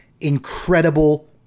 incredible